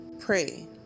pray